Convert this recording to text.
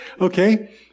Okay